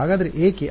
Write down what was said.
ಹಾಗಾದರೆ ಏಕೆ